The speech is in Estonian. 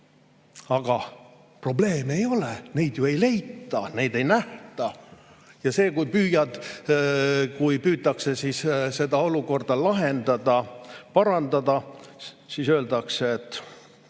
Aga probleeme ei ole, neid ei leita, neid ei nähta. Ja kui püütakse seda olukorda lahendada, parandada, siis öeldakse, et